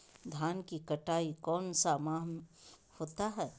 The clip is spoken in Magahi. धान की कटाई कौन सा माह होता है?